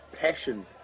passion